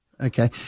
Okay